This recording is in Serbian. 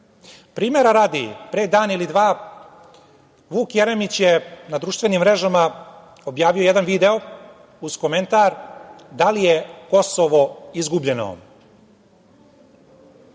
radi, pre dan ili dva, Vuk Jeremić je na društvenim mrežama objavio jedan video, uz komentar da li je Kosovo izgubljeno.